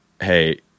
Hey